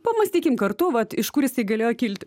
pamąstykim kartu vat iš kur jisai galėjo kilti